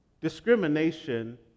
Discrimination